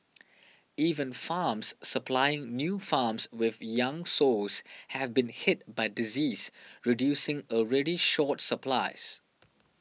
even farms supplying new farms with young sows have been hit by disease reducing already short supplies